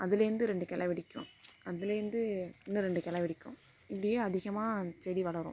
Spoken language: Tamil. அதுலேருந்து ரெண்டு கிளை வெடிக்கும் அதுலேருந்து இன்னும் ரெண்டு கிளை வெடிக்கும் இப்படியே அதிகமாக அந்த செடி வளரும்